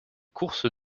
courses